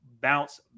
bounce